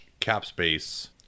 capspace